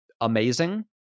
amazing